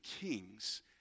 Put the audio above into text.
kings